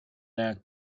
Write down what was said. nag